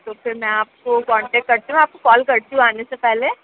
तो फिर मैं आपको कौनटेक करती हूँ आपको कौल करती हूँ आने से पहले